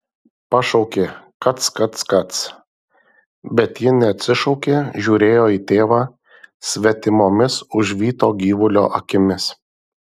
pašaukė kac kac kac bet ji neatsišaukė žiūrėjo į tėvą svetimomis užvyto gyvulio akimis